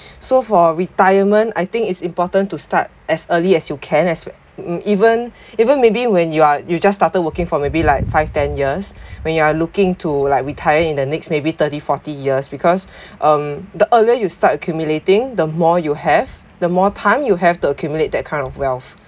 so for retirement I think it's important to start as early as you can as we~ even even maybe when you are you just started working for maybe like five ten years when you are looking to like retire in the next maybe thirty forty years because um the earlier you start accumulating the more you have the more time you have to accumulate that kind of wealth